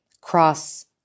cross